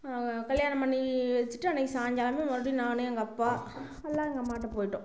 கல்யாணம் பண்ணி வச்சிட்டு அன்றைக்கு சாயங்காலமும் மறுபடி நான் எங்கள் அப்பா எல்லா எங்கள் அம்மாகிட்ட போய்விட்டோம்